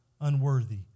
unworthy